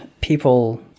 people